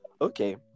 okay